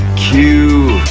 q,